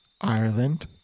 Ireland